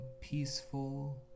peaceful